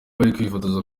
bakifuza